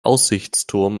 aussichtsturm